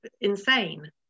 insane